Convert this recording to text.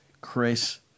Chris